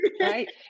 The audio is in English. right